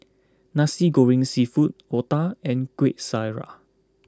Nasi Goreng Seafood Otah and Kuih Syara